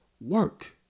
work